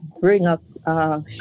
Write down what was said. bring-up